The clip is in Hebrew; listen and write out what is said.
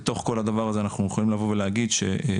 בתוך כל הדבר הזה אנחנו יכולים לבוא ולהגיד שתפיסות